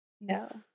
no